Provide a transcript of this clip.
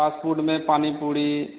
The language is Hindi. फास्ट फ़ूड में पानी पूड़ी